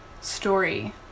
story